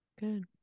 good